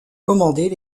commandait